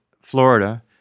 Florida